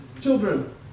children